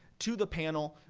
to the panel,